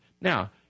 now